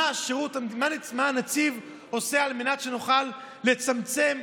מה הנציב עושה על מנת שנוכל לצמצם,